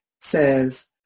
says